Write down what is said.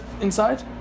inside